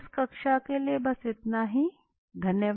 बहुत बहुत धन्यवाद